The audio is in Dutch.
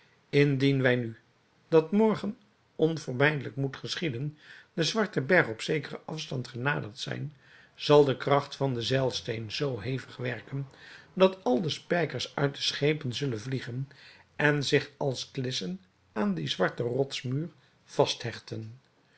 indien wij nu dat morgen onvermijdelijk moet geschieden den zwarten berg op zekeren afstand genaderd zijn zal de kracht van den zeilsteen zoo hevig werken dat al de spijkers uit de schepen zullen vliegen en zich als klissen aan dien zwarten rotsmuur vasthechten